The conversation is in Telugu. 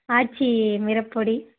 ఆచి మిరప్పొడి